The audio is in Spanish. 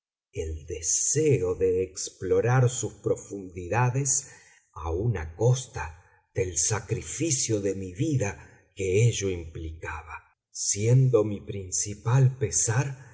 el deseo de explorar sus profundidades aun a costa del sacrificio de mi vida que ello implicaba siendo mi principal pesar